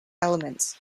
elements